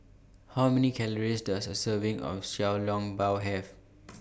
How Many Calories Does A Serving of Xiao Long Bao Have